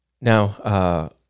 Now